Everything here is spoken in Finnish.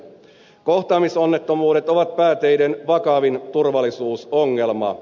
kohtaamisonnettomuudet ovat pääteiden vakavin turvallisuusongelma